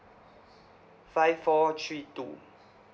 five four three two